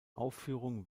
aufführung